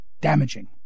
damaging